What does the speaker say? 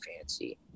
fancy